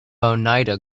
oneida